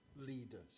leaders